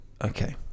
Okay